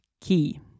key